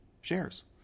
shares